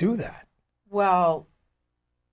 do that well